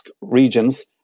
regions